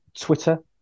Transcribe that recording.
Twitter